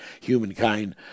humankind